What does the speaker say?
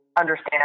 understand